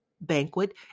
banquet